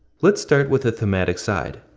let's start with the thematic side.